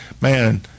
man